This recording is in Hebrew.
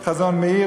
"חזון מאיר",